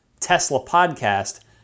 Teslapodcast